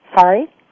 Sorry